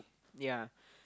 yeah